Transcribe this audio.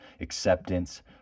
acceptance